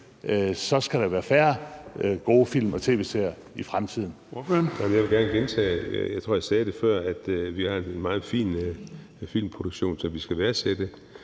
skal der være færre gode film og tv-serier i fremtiden.